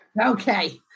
Okay